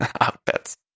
outfits